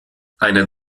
einen